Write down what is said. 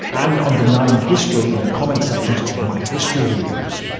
and on denying history in the comment sections of my history videos.